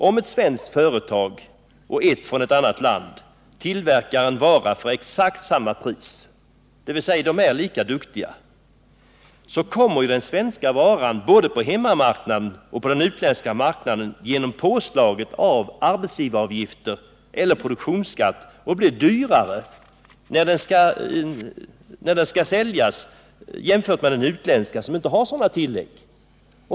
Om ett svenskt företag och ett företag från ett annat land tillverkar en vara för exakt samma pris, dvs. de är lika duktiga, så kommer den svenska varan både på hemmamarknaden och på den utländska marknaden genom påslaget av arbetsgivaravgiften eller produktionsskatten att bli dyrare när den skall säljas, jämfört med den utländska som inte har sådana tillägg.